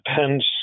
depends